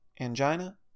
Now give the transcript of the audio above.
angina